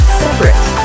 separate